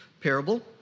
parable